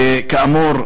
וכאמור,